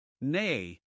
Nay